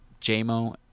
J-Mo